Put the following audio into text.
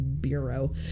bureau